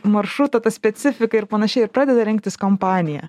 maršruto ta specifikai ir panašiai ir pradeda rinktis kompanija